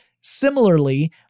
Similarly